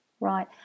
Right